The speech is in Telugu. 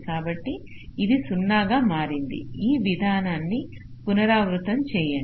కాబట్టి ఇది 0 గా మారింది ఈ విధానాన్ని పునరావృతం చేయండి